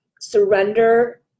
Surrender